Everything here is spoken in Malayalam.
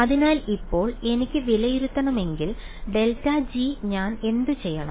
അതിനാൽ ഇപ്പോൾ എനിക്ക് വിലയിരുത്തണമെങ്കിൽ ∇g ഞാൻ എന്തുചെയ്യണം